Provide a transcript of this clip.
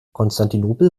konstantinopel